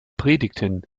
predigten